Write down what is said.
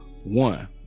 One